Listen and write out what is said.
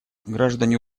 граждане